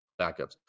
backups